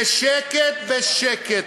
בשקט-בשקט,